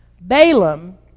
Balaam